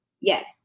Yes